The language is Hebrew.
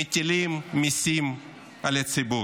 הם מטילים מיסים על הציבור.